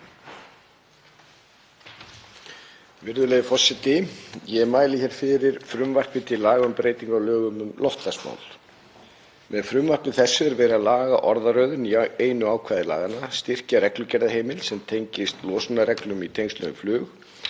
Virðulegi forseti. Ég mæli hér fyrir frumvarpi til laga um breytingu á lögum um loftslagsmál. Með frumvarpi þessu er verið að laga orðaröðun í einu ákvæði laganna, styrkja reglugerðarheimild sem tengist losunarreglum í tengslum við flug